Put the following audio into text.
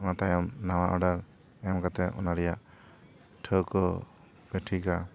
ᱚᱱᱟ ᱛᱟᱭᱚᱢ ᱱᱟᱣᱟ ᱳᱰᱟᱨ ᱮᱢ ᱠᱟᱛᱮ ᱚᱱᱟ ᱨᱮᱭᱟᱜ ᱴᱷᱟᱹᱣᱠᱟᱹ ᱴᱷᱤᱠᱟ